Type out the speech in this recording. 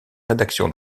rédaction